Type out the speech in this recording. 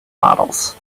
models